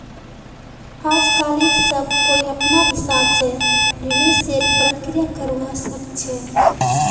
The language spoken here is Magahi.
आजकालित सब कोई अपनार हिसाब स निवेशेर प्रक्रिया करवा सख छ